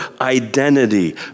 identity